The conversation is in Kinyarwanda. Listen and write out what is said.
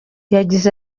yagize